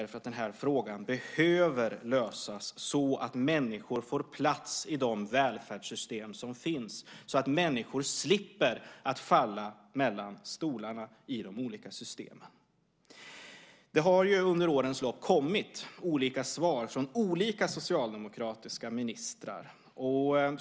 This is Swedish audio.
Den här frågan behöver lösas så att människor får plats i de välfärdssystem som finns, så att människor slipper falla mellan stolarna i de olika systemen. Det har under årens lopp kommit olika svar från olika socialdemokratiska ministrar.